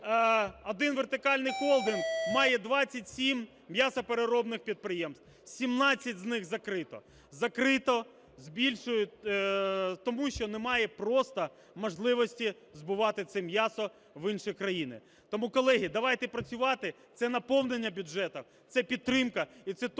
один вертикальний холдинг має 27 м'ясопереробних підприємств, 17 з них закрито. Закрито, збільшують… тому що немає просто можливості збувати це м'ясо в інші країни. Тому, колеги, давайте працювати. Це наповнення бюджету, це підтримка, і це точно